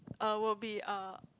uh would be uh